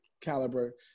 caliber